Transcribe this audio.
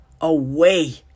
away